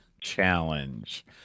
challenge